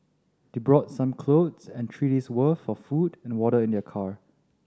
they brought some clothes and three worth for food and water in their car